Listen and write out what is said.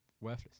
worthless